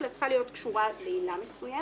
אלא צריכה להיות קשורה לעילה מסוימת.